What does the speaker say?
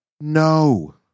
no